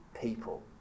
people